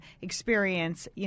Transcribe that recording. experience